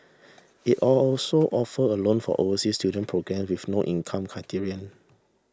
it all also offer a loan for overseas student programme with no income criterion